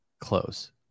close